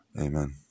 Amen